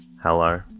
Hello